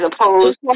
opposed